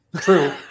True